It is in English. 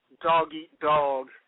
dog-eat-dog